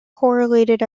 correlated